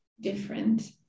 different